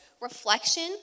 reflection